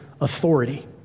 authority